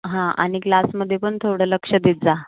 हा आणि क्लासमध्ये पण थोडं लक्ष देत जा